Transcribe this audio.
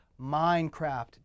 Minecraft